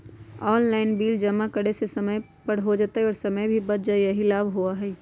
Online bill जमा करे से समय पर जमा हो जतई और समय भी बच जाहई यही लाभ होहई?